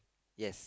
yes